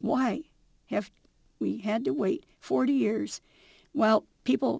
why have we had to wait forty years well people